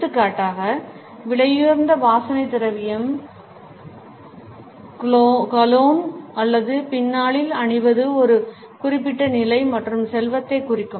எடுத்துக்காட்டாக விலையுயர்ந்த வாசனை திரவியம் கொலோன் அல்லது பின்னாளில் அணிவது ஒரு குறிப்பிட்ட நிலை மற்றும் செல்வத்தைக் குறிக்கும்